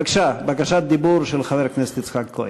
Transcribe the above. בבקשה, בקשת דיבור של חבר הכנסת יצחק כהן.